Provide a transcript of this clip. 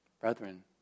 Brethren